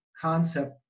concept